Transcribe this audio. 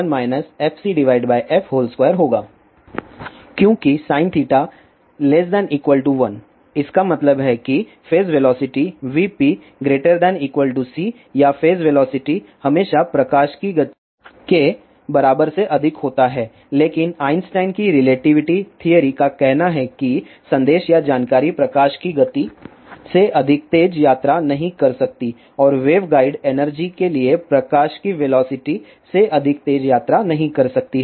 क्योंकि sin ≤1 इसका मतलब है कि फेज वेलोसिटी vp≥c या फेज वेलोसिटी हमेशा प्रकाश की गति के बराबर से अधिक होता है लेकिन आइंस्टीन के रिलेटिविटी थ्योरी का कहना है कि संदेश या जानकारी प्रकाश की गति से अधिक तेज़ यात्रा नहीं कर सकती है और वेवगाइड एनर्जी के लिए प्रकाश के वेलोसिटी से अधिक तेज़ यात्रा नहीं कर सकती है